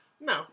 No